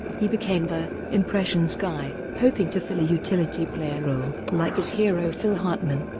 he became the impressions guy, hoping to fill a utility-player role like his hero phil hartman.